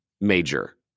major